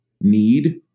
need